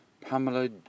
Pamela